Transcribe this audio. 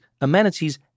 amenities